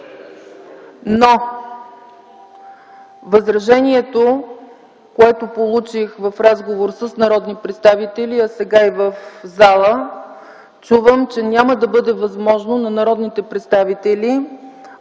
Но възражението, което получих в разговор с народни представители (а сега и в залата чувам), е, че няма да бъде възможно на народните представители